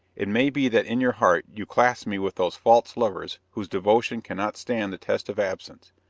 it may be that in your heart you class me with those false lovers whose devotion cannot stand the test of absence.